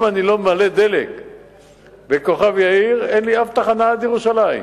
ואם אני לא ממלא דלק בכוכב-יאיר אין לי אף תחנה עד ירושלים.